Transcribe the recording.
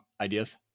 ideas